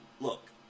look